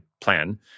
plan